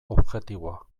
objektiboa